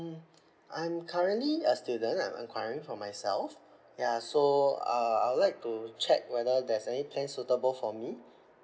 I'm currently a student I'm enquiring for myself ya so uh I would like to check whether there's any plan suitable for me